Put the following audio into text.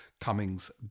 Cummings